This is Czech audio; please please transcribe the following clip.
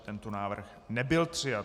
Tento návrh nebyl přijat.